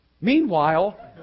Meanwhile